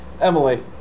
Emily